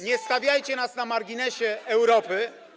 Nie stawiajcie nas na marginesie Europy.